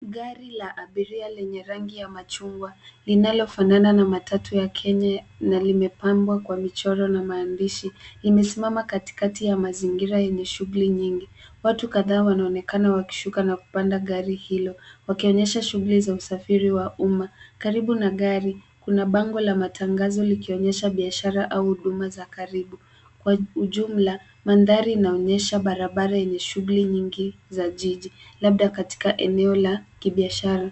Gari la abiria lenye rangi ya machungwa, linalofanana na matatu ya Kenya na limepambwa kwa michoro na maandishi, limesimama katikati ya mazingira yenye shughuli nyingi. Watu kadhaa wanaonekana wakishuka na kupanda gari hilo, wakionyesha shughuli za usafiri wa umma. Karibu na gari kuna bango la matangazo, likionyesha biashara au huduma za karibu. Kwa ujumla, mandhari inaonyesha barabara yenye shughuli nyingi za jiji, labda katika eneo la kibiashara.